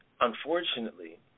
unfortunately